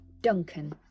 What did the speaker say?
Duncan